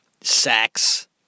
sex